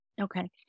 Okay